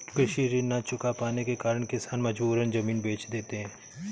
कृषि ऋण न चुका पाने के कारण किसान मजबूरन जमीन बेच देते हैं